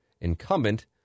incumbent